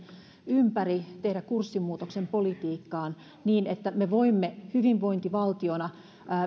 ympäri tehdä kurssimuutoksen politiikkaan niin että me voimme hyvinvointivaltiona